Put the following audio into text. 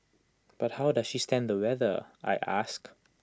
but how does she stand the weather I ask